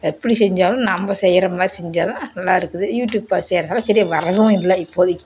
எப்படி செஞ்சாலும் நம்ம செய்கிற மாதிரி செஞ்சால் தான் நல்லாயிருக்குது யூட்யூப் பார்த்து செய்கிறதால சரியா வரதும் இல்லை இப்போதிக்கு